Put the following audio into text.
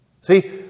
See